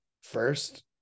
first